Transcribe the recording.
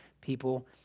people